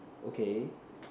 okay